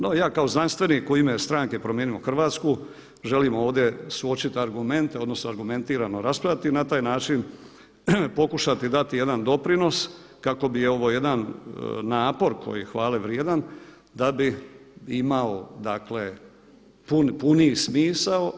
No ja kao znanstvenik u ime stranke Promijenimo Hrvatsku želimo ovdje suočiti argumente, odnosno argumentirano raspravljati i na taj način pokušati dati jedan doprinos kako … jedan napor koji je hvale vrijedan da bi imao dakle puniji smisao.